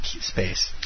space